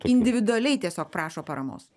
individualiai tiesiog prašo paramos